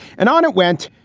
and on it went.